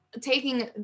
taking